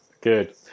Good